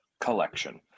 collection